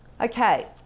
Okay